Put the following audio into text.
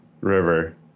river